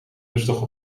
lustig